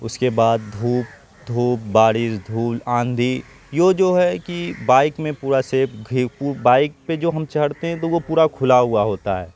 اس کے بعد دھوپ دھوپ بارش دھول آندھی یہ جو ہے کہ بائیک میں پورا سیب گھے پو بائک پہ جو ہم چڑھتے ہیں تو وہ پورا کھلا ہوا ہوتا ہے